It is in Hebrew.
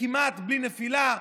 כמעט בלי נפילה,